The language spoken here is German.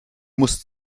musst